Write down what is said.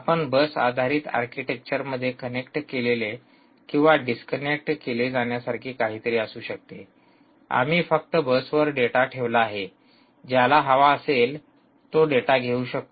आपणास बस आधारित आर्किटेक्चरमध्ये कनेक्ट केलेले किंवा डिस्कनेक्ट केले जाण्यासारखे काहीतरी असू शकते आम्ही फक्त बसवर डेटा ठेवला आहे ज्याला हवा असेल तो डेटा घेऊ शकतो